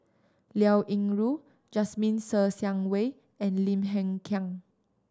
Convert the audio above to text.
Liao Yingru Jasmine Ser Xiang Wei and Lim Hng Kiang